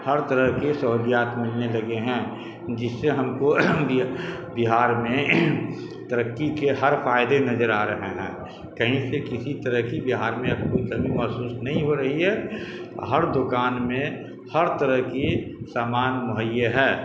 ہر طرح کے سہولیات ملنے لگے ہیں جس سے ہم کو بہار میں ترقی کے ہر فائدے نظر آ رہے ہیں کہیں سے کسی طرح کی بہار میں اب کوئی کمی محسوس نہیں ہو رہی ہے ہر دکان میں ہر طرح کی سامان مہیا ہے